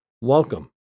welcome